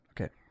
Okay